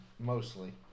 Mostly